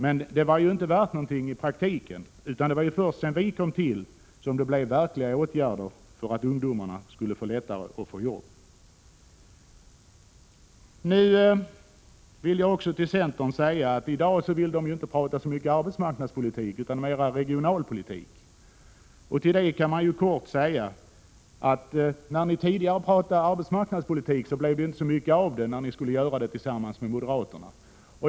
Men detta var ju inte värt någonting i verkligheten, utan det var först när vi tog över som det blev konkreta åtgärder för att det skulle bli lättare för ungdomarna att få jobb. I dag vill centern inte tala så mycket om arbetsmarknadspolitik utan mera om regionalpolitik. Till det kan man kort säga, att när ni tidigare pratade om arbetsmarknadspolitik blev det inte så mycket av, när ni skulle göra det tillsammans med moderaterna.